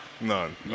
None